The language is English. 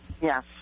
Yes